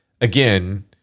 again